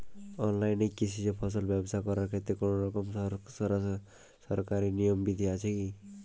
অনলাইনে কৃষিজ ফসল ব্যবসা করার ক্ষেত্রে কোনরকম সরকারি নিয়ম বিধি আছে কি?